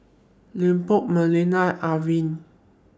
Leopold Melanie Irvine